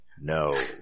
No